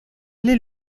allé